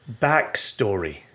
Backstory